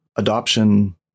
Adoption